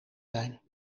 zijn